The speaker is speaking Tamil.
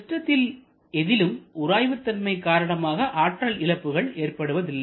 சிஸ்டத்தில் எதிலும் உராய்வுதன்மை காரணமாக ஆற்றல் இழப்புகள் ஏற்படுவதில்லை